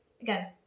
again